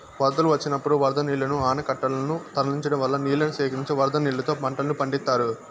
వరదలు వచ్చినప్పుడు వరద నీళ్ళను ఆనకట్టలనకు తరలించడం వల్ల నీళ్ళను సేకరించి వరద నీళ్ళతో పంటలను పండిత్తారు